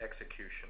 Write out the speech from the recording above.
execution